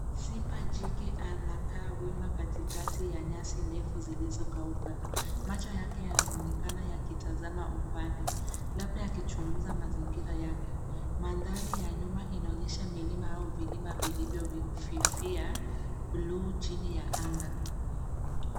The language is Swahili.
Simba jike anakaa wima katikati ya nyasi ndefu zilizokauka. Macho yake yanaonekana yakitazama upande, labda akichunguza mazingira yake. Mandhari ya nyuma inaonyesha milima au vilima vilivyofifia bluu chini ya anga.